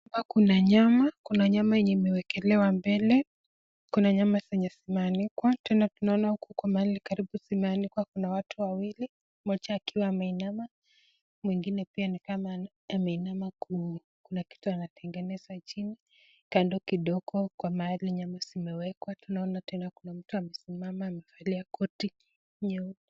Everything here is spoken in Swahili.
Kuna nyama, kuna nyama yenye imeekelewa mbele, kuna nyama zenye zimeanikwa tena tunaona huko kwa mahali karibu zimeanikwa kuna watu wawili. Mmoja akiwa ameinama, mwengine ni kama pia ameinama kuna kitu anatengeneza chini. Kando kidogo kwa mahali nyama zime wekwa tunaona tena kuna mtu amesimama amevalia koti nyeupe